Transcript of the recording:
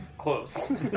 Close